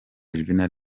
juvenal